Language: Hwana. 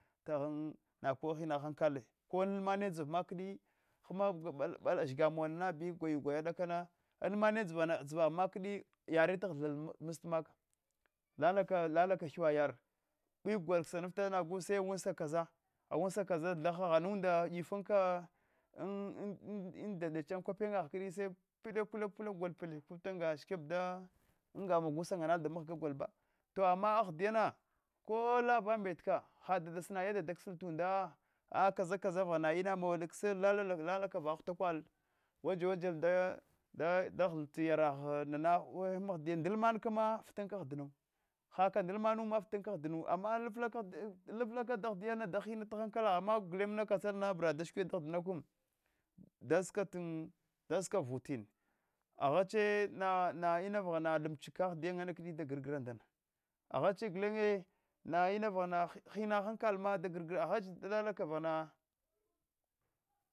Tahan nakao hina harkala ko alamama andziva makdi hamaba zhibamun na kana bi gwaya gwaya dakama alamana andziva andzwa makdi yare holset mstan maka motan maka lalaka ladka hiwe yar hidia gouna kasmafta nasu senuuansa kasa aullusa nana ndaghana inada ifukanan dadicha ankulephiya ha kdi sepideke lalaka gol piduka ta angama magh somgomtal damga golba to ama ahidyana ko davanbet ka hadaliunda ama yalindanda da kslt unda a kaza kaza vaghana ina muna dakol lalaka vaglana ghwatakual waja wajal daghalt yaraghana we hama ahdiya nda alman ka ma futaka ahdinu ama in ifla ka dahdiya da hinata hankala gha ama gulan katsala na vra da shikwad dahilina kam daska daska vutin aghache nana vana vaghhama limchik pa ahdina awaki da grgra ndana aghadi gulenye ina vaghana hina hankalma da grgra agha chi tala vaghana